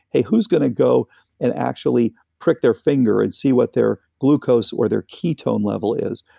who's gonna go and actually prick their finger and see what their glucose or their ketone level is?